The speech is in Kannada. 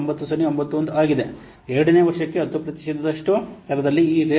9091 ಆಗಿದೆ 2 ನೇ ವರ್ಷಕ್ಕೆ 10 ಪ್ರತಿಶತದಷ್ಟು ದರದಲ್ಲಿ ಈ ರಿಯಾಯಿತಿ ಅಂಶವು 0